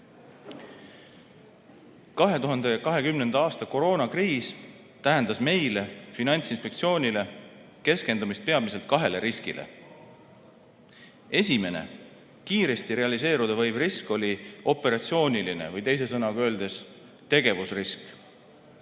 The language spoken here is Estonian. aasta koroonakriis tähendas meile, Finantsinspektsioonile, keskendumist peamiselt kahele riskile. Esimene, kiiresti realiseeruda võiv risk oli operatsiooniline või teise sõnaga öeldes tegevusrisk.